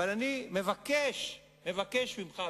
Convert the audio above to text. אני מבקש ממך,